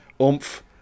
oomph